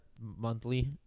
monthly